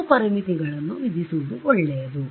ಕೆಲವು ಪರಿಮಿತಿಗಳನ್ನು ವಿಧಿಸುವುದು ಒಳ್ಳೆಯದು